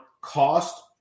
cost